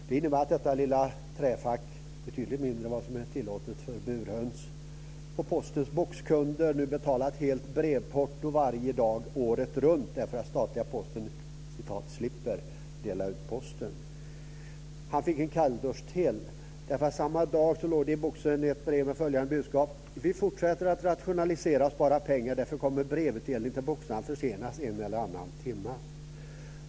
Det innebär att för detta lilla träfack, betydligt mindre än vad som är tillåtet för burhöns, får Postens boxkunder nu betala ett helt brevporto varje dag året runt därför att statliga Han fick en kalldusch till också. Samma dag låg det i boxen ett brev med följande budskap: Vi fortsätter att rationalisera och spara pengar, och därför kommer brevutdelningen till boxarna att försenas en eller annan timme.